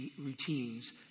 routines